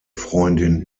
freundin